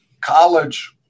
college